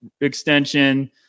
extension